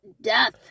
death